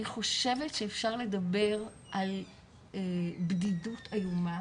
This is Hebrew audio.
אני חושבת שאפשר לדבר על בדידות איומה